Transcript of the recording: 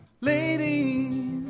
Ladies